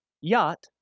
Yacht